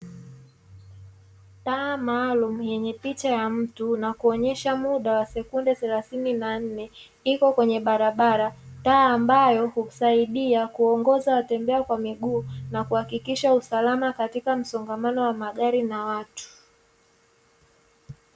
Taa maalu yenye picha ya mtu na kuonesha muda wa sekunde thelathini na nne iko kwenye barabara. Taa ambayo husaidia kuongoza watembea kwa miguu na kuhakikisha usalama katika msongamano wa magari na watu.